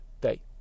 day